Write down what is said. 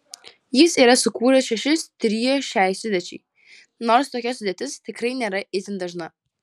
jis yra sukūręs šešis trio šiai sudėčiai nors tokia sudėtis tikrai nėra itin dažna